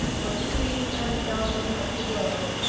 was the queen and garden of the world.